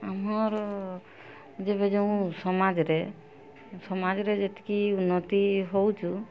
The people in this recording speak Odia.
ଆମର ଯେବେ ଯେଉଁ ସମାଜରେ ସମାଜରେ ଯେତିକି ଉନ୍ନତି ହେଉଛି